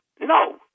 No